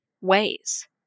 ways